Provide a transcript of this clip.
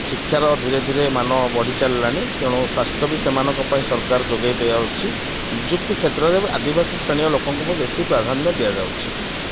ଶିକ୍ଷାର ଧୀରେ ଧୀରେ ମାନ ବଢ଼ି ଚାଲିଲାଣି ତେଣୁ ସ୍ୱାସ୍ଥ୍ୟ ବି ସେମାନଙ୍କ ପାଇଁ ସରକାର ଯୋଗାଇ ଦିଆଯାଉଛି ନିଯୁକ୍ତି କ୍ଷେତ୍ରରେ ବି ଆଦିବାସୀ ଶ୍ରେଣୀ ଲୋକଙ୍କୁ ବେଶୀ ପ୍ରାଧାନ୍ୟ ଦିଆଯାଉଛି